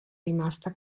rimasta